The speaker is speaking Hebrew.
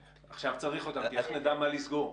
עכשיו צריך אותן כי איך נדע מה לסגור...